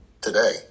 today